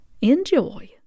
enjoy